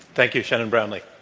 thank you, shannon brownlee.